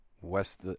West